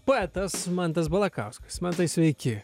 poetas mantas balakauskas mantai sveiki